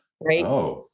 right